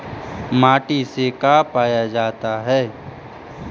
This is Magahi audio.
माटी से का पाया जाता है?